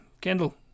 Kendall